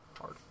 hard